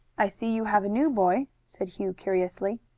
i see you have a new boy, said hugh curiously.